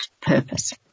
purpose